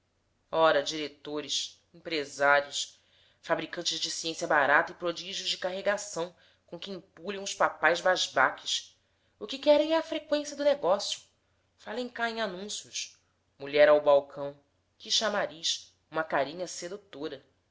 ora diretores empresários fabricantes de ciência barata e prodígios de carregação com que empulham os papais basbaques o que querem é a freqüência do negócio falam cá em anúncios mulher ao balcão que chamariz uma carinha sedutora